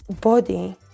body